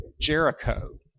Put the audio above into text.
Jericho